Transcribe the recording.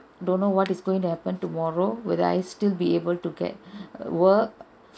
don't know what is going to happen tomorrow would I still be able to get work